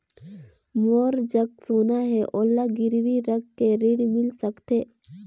मोर जग सोना है ओला गिरवी रख के ऋण मिल सकथे?